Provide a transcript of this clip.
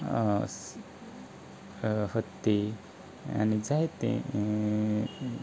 हत्ती आनी जायतें